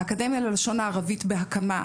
האקדמיה ללשון הערבית בהקמה,